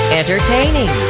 entertaining